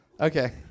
Okay